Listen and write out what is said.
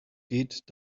geht